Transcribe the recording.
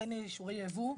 נותן אישורי ייבוא.